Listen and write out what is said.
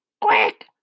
Quick